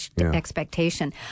expectation